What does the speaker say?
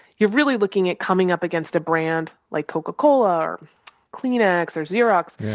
you're really looking at coming up against a brand like coca-cola or kleenex or xerox,